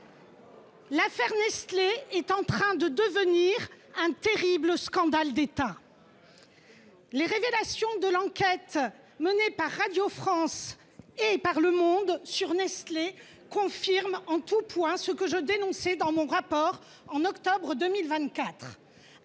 L’affaire Nestlé est en train de devenir un terrible scandale d’État. Les révélations de l’enquête menée par Radio France et sur Nestlé confirment en tout point ce que je dénonçais, en octobre 2024,